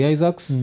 Isaacs